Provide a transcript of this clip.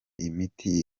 imiti